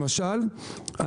למשל,